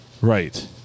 Right